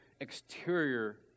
exterior